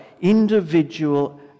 individual